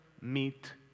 meet